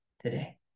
today